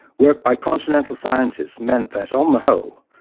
work by continental scientists meant that, on the whole,